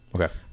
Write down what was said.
Okay